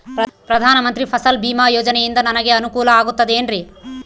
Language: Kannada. ಪ್ರಧಾನ ಮಂತ್ರಿ ಫಸಲ್ ಭೇಮಾ ಯೋಜನೆಯಿಂದ ನನಗೆ ಅನುಕೂಲ ಆಗುತ್ತದೆ ಎನ್ರಿ?